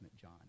John